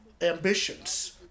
ambitions